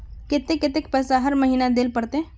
केते कतेक पैसा हर महीना देल पड़ते?